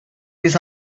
this